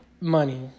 money